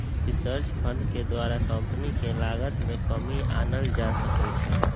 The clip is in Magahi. रिसर्च फंड के द्वारा कंपनी के लागत में कमी आनल जा सकइ छै